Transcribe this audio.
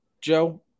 Joe